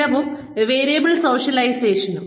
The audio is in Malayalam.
സ്ഥിരവും വേരിയബിൾ സോഷ്യലൈസേഷനും